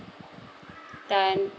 then